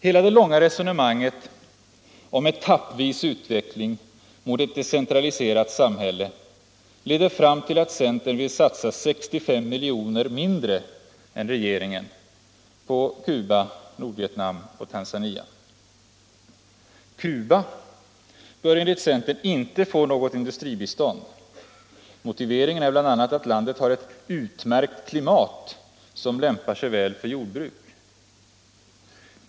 Hela det långa resonemanget om etappvis utveckling mot ett decentraliserat samhälle leder fram till att centern vill satsa 65 miljoner mindre än regeringen på Cuba, Nordvietnam och Tanzania. Cuba bör enligt centern inte få något industribistånd. Motiveringen är bl.a. att landet har ett utmärkt klimat som lämpar sig väl för jordbruk.